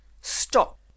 Stop